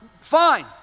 fine